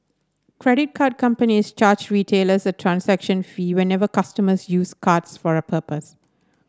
credit card companies charge retailers a transaction fee whenever customers use cards for a purpose